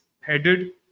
headed